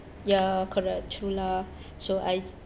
ya correct true lah so I